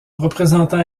représentant